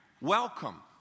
welcome